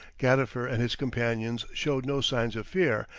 gadifer and his companions showed no signs of fear,